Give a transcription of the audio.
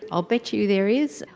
i'll bet you there is.